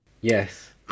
Yes